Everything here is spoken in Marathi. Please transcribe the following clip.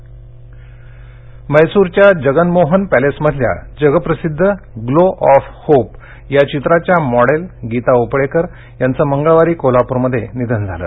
मॉडेल निधन म्हैसूरच्या जगनमोहन पॅलेसमधल्या जगप्रसिध्द ग्लो ऑफ होप या चित्राच्या मॉडेल गीता उपळेकर यांच मंगळवारी कोल्हापूरमध्ये निधन झालं